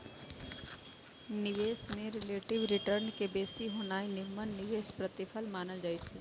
निवेश में relative return के बेशी होनाइ निम्मन निवेश प्रतिफल मानल जाइ छइ